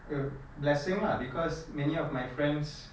a blessing lah because many of my friends